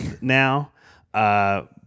now